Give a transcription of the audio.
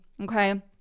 okay